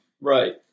Right